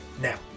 Now